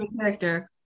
character